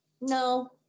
No